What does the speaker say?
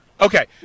Okay